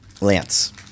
Lance